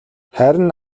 харин